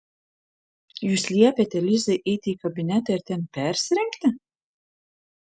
jūs liepėte lizai eiti į kabinetą ir ten persirengti